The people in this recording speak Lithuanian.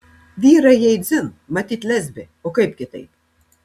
vyrai jai dzin matyt lesbė o kaip kitaip